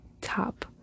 top